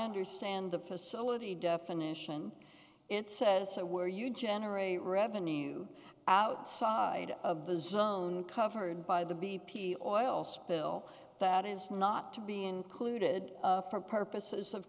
understand the facility definition it says where you generate revenue outside of the zone covered by the b p oil spill that is not to be included for purposes of